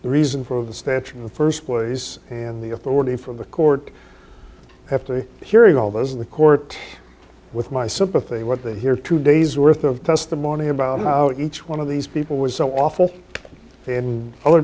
the reason for the statue in the first place and the authority for the court have to hearing all this in the court with my sympathy what they hear two days worth of testimony about how each one of these people was so awful and other